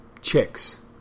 chicks